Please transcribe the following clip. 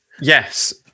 Yes